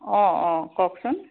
অ' অ' কওকচোন